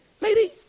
lady